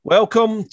Welcome